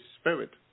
Spirit